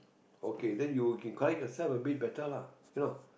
okay then you you can correct yourself a bit better lah you know